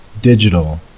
digital